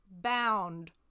Bound